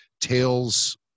Tales